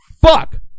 fuck